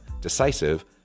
decisive